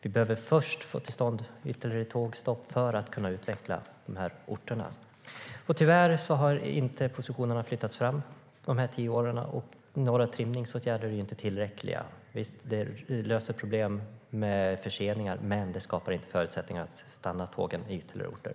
Vi behöver först få till stånd ytterligare tågstopp för att kunna utveckla orterna. Tyvärr har positionerna inte flyttats fram dessa tio år. Trimningsåtgärder är inte tillräckliga. Visst löser de problem med förseningar, men de skapar inte förutsättningar att stanna tågen vid ytterligare orter.